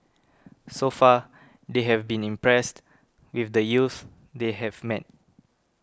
so far they have been impressed with the youths they have met